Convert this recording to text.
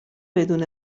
بدون